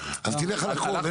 אז תלך על הכול,